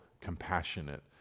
compassionate